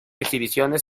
exhibiciones